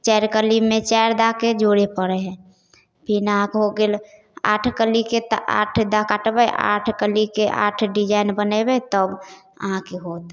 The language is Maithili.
चारि कलीमे चारि दैके जोड़ै पड़ै हइ फेर अहाँके हो गेल आठ कलीके तऽ आठ दै काटबै आठ कलीके आठ डिजाइन बनेबै तब अहाँके होत